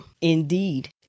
Indeed